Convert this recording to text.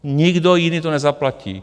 Nikdo jiný to nezaplatí.